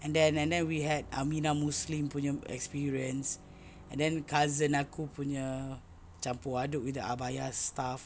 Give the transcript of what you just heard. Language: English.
and then and then we had Aminah Muslim punya experience and then cousin aku punya campur aduk with the abaya stuff